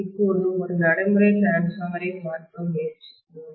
இப்போது ஒரு நடைமுறை டிரான்ஸ்பார்மர் ஐப் பார்க்க முயற்சிப்போம்